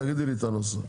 תגידי לי את הנוסח.